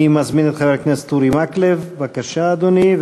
אני מזמין את חבר הכנסת אורי מקלב, בבקשה, אדוני.